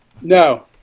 No